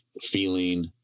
feeling